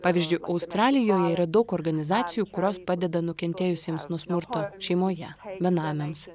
pavyzdžiui australijoje yra daug organizacijų kurios padeda nukentėjusiems nuo smurto šeimoje benamiams